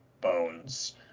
bones